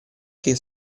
che